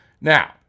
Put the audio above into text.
Now